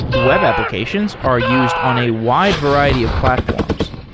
web applications are used on a wide variety of platforms.